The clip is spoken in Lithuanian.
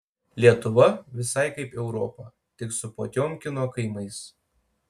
lietuva visai kaip europa tik su potiomkino kaimais